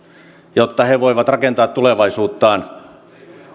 jotta he voivat rakentaa tulevaisuuttaan